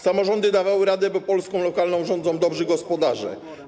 Samorządy dawały radę, bo Polską lokalną rządzą dobrzy gospodarze.